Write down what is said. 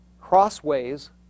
crossways